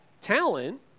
talent